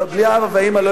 בלי האבא והאמא אני מתכוון.